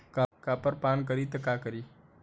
Copper पान करी त का करी?